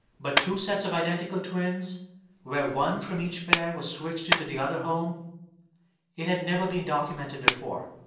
but two sets of identical twins where one from each pair was switched into the other home it had never been documented before.